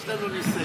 יש לנו ניסיון.